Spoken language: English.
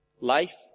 Life